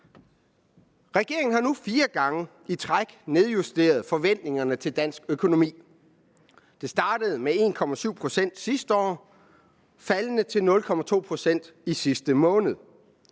Regeringen har nu fire gange i træk nedjusteret forventningerne til dansk økonomi. Det startede med 1,7 pct. sidste år og faldt til 0,2 pct. i sidste måned.